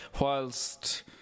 whilst